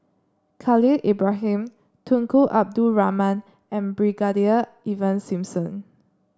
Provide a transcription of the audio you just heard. Khalil Ibrahim Tunku Abdul Rahman and Brigadier Ivan Simson